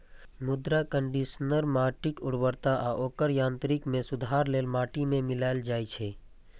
मृदा कंडीशनर माटिक उर्वरता आ ओकर यांत्रिकी मे सुधार लेल माटि मे मिलाएल जाइ छै